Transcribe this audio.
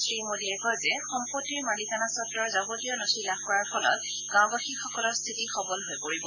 শ্ৰীমোদীয়ে কয় যে সম্পত্তিৰ মালিকানা স্বত্বৰ যাৱতীয় নথি লাভ কৰাৰ ফলত গাঁওবাসীসকলৰ স্থিতি সবল হৈ পৰিব